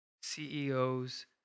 CEOs